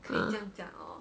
ah